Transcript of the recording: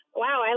wow